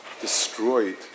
destroyed